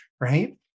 right